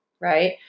right